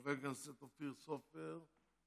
חבר הכנסת אופיר סופר,